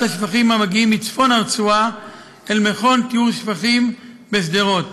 השפכים המגיעים מצפון הרצועה אל מכון טיהור שפכים בשדרות.